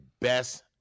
best